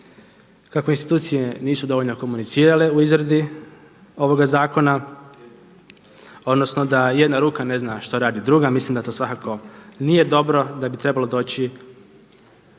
kako institucije nisu dovoljno komunicirale u izradi ovoga zakona, odnosno da jedna ruka ne zna šta radi druga. Mislim da to svakako nije dobro, da bi trebalo doći